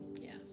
Yes